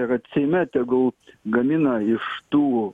ir at seime tegul gamina iš tų